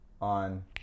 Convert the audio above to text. on